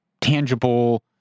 tangible